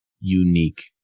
Unique